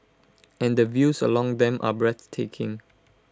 and the views along them are breathtaking